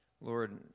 Lord